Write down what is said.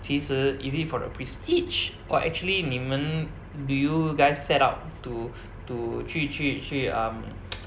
其实 is it for the prestige or actually 你们 do you guys set out to to 去去去 um